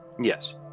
Yes